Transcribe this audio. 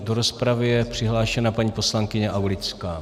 Do rozpravy je přihlášena paní poslankyně Aulická.